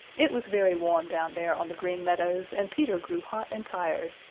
it was very warm down there on the green meadows, and peter grew hot and tired.